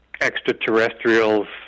extraterrestrials